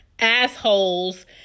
assholes